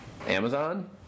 Amazon